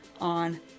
on